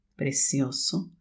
precioso